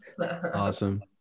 Awesome